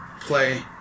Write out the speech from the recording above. play